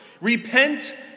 Repent